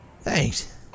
Thanks